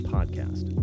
Podcast